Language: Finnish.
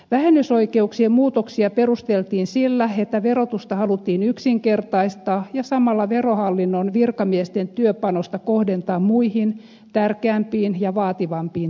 vähennysoikeuksien muutoksia perusteltiin sillä että verotusta haluttiin yksinkertaistaa ja samalla verohallinnon virkamiesten työpanosta kohdentaa muihin tärkeämpiin ja vaativampiin työtehtäviin